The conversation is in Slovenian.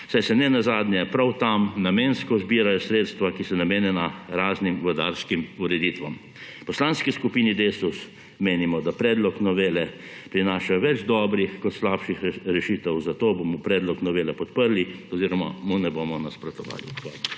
saj se nenazadnje prav tam namensko zbirajo sredstva, ki so namenjena raznim vodarskim ureditvam. V Poslanski skupini Desus menimo, da predlog novele prinaša več dobrih kot slabih rešitev, zato bomo predlog novele podprli oziroma mu ne bomo nasprotovali.